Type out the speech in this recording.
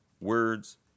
words